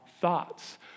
thoughts